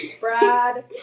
Brad